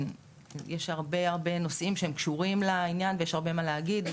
יש הרבה נושאים שהם קשורים לעניין ויש הרבה מה להגיד.